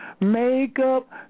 makeup